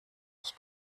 ich